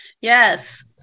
Yes